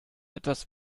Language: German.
etwas